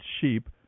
sheep